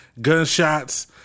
Gunshots